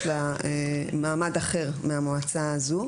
יש לה מעמד אחר מהמועצה הזו,